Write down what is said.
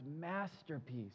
masterpiece